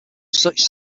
such